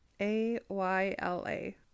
A-Y-L-A